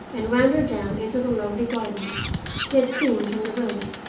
and wandered down into the lovely gardens he had seen from the road,